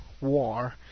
war